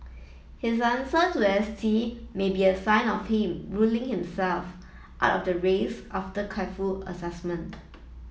his answer to S T may be a sign of him ruling himself out of the race after careful assessment